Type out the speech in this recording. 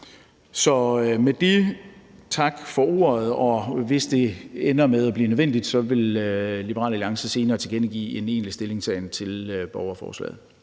vil jeg sige tak for ordet, og hvis det ender med at blive nødvendigt, vil Liberal Alliance senere tilkendegive en egentlig stillingtagen til borgerforslaget.